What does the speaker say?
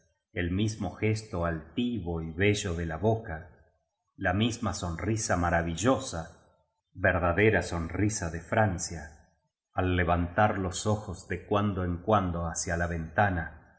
el mismo gesto altivo y bello déla boca la misma sonrisa maravillosaverdadera sonrisa de biblioteca nacional de españa la españa moderna franciaal levantar los ojos de cuando en cuando hacia la ventana